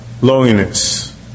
loneliness